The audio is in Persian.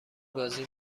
بازی